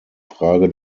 frage